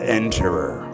enterer